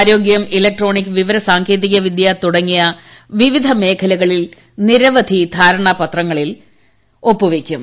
ആരോഗ്യം ഇലക്ട്രോണിക് വിവര സാങ്കേതിക വിദ്യ തുടങ്ങി വിവിധ മേഖലകളിൽ നിരവധി ധാരണാപത്രങ്ങളിൽ ഒപ്പുവയ്ക്കും